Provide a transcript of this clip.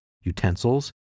utensils